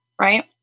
Right